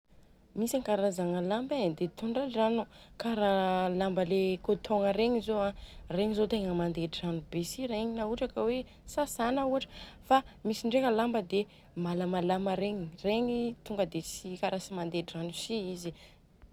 Misy ankarazagna rano e dia tondradrano kara lamba le kôtogna regny zô a. Regny zô dia tegna mandetrano be si regny raha ohatra ka hoe sasana ohatra. Fa misy ndreka lamba dia malamalama regny, regny tonga dia kara tsy mandedrano si izy